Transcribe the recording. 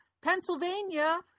Pennsylvania